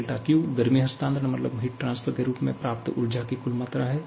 δQ गर्मी हस्तांतरण के रूप में प्राप्त ऊर्जा की कुल मात्रा है